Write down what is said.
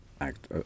act